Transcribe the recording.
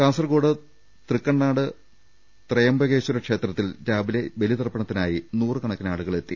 കാസർകോട് തൃക്കണ്ണാട് ത്രയംബകേശ്വര ക്ഷേത്രത്തിൽ രാവിലെ ബലിതർപ്പണത്തിനായി നൂറുകണക്കിനാളുകൾ എത്തി